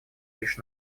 лишь